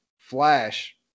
flash